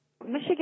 Michigan